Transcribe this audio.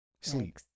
Sleep